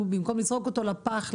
במקום לזרוק אותו לפח,